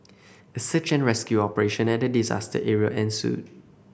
a search and rescue operation at the disaster area ensued